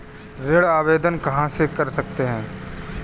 ऋण आवेदन कहां से कर सकते हैं?